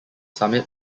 summit